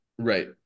Right